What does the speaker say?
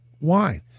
wine